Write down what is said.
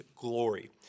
glory